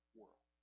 world